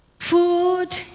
food